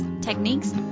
techniques